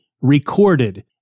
recorded